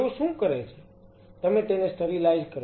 તમે તેને સ્ટરીલાઈઝ કરો છો